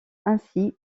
ainsi